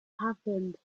happened